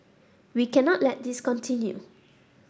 we cannot let this continue